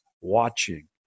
watching